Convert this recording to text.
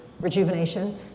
rejuvenation